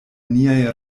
niaj